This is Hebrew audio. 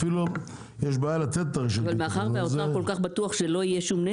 אפילו יש בעיה לתת את רשת הביטחון.